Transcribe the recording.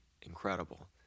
incredible